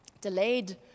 Delayed